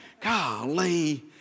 Golly